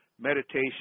Meditation